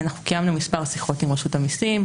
אנחנו קיימנו מספר שיחות עם רשות המיסים,